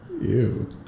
Ew